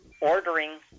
ordering